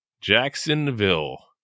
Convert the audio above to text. Jacksonville